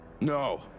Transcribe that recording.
No